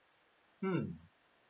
mm